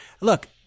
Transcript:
look